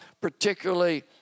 particularly